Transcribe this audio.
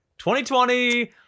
2020